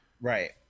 Right